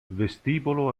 vestibolo